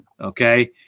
okay